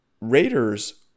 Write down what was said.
Raiders